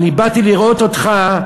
באתי לראות אותך,